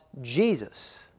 Jesus